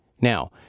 Now